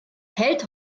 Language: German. hält